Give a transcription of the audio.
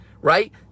right